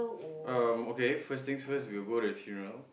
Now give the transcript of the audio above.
um okay first things first we will go the funeral